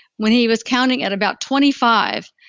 when he was counting at about twenty five,